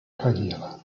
karriere